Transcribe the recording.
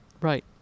Right